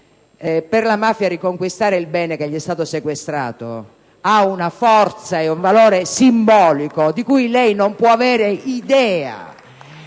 Per la mafia, riconquistare il bene che le è stato sequestrato ha una forza e un valore simbolico di cui lei non può avere idea.